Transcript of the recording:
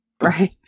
Right